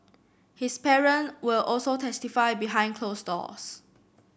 his parent will also testify behind closed doors